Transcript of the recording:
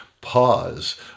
pause